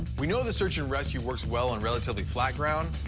we know the search and rescue works well on relatively flat ground.